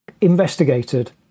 investigated